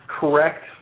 correct